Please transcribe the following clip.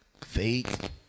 faith